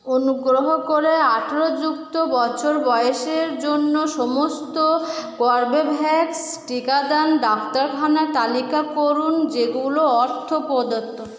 অনুগ্রহ করে আঠেরো যুক্ত বছর বয়সের জন্য সমস্ত কর্বেভ্যাক্স টিকাদান ডাক্তারখানার তালিকা করুন যেগুলো অর্থ প্রদত্ত